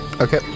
okay